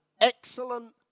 excellent